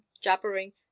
jabbering